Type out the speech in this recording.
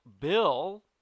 Bill